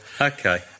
Okay